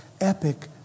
epic